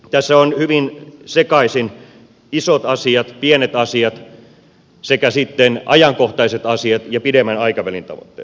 tässä ovat hyvin sekaisin isot asiat pienet asiat sekä sitten ajankohtaiset asiat ja pidemmän aikavälin tavoitteet